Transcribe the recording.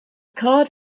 card